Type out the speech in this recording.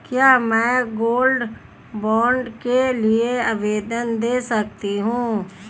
क्या मैं gold bond के लिए आवेदन दे सकती हूँ?